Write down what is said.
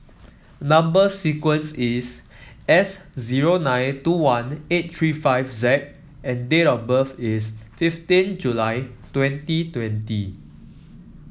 number sequence is S zero nine two one eight three five Z and date of birth is fifteen July twenty twenty